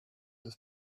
this